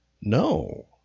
No